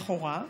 לכאורה,